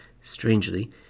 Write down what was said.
strangely